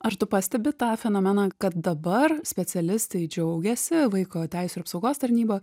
ar tu pastebi tą fenomeną kad dabar specialistai džiaugiasi vaiko teisių ir apsaugos tarnyba